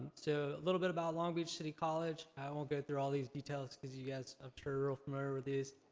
so, a little bit about long beach city college. i won't go through all these details, cause you guys, i'm sure, are familiar with these.